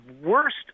worst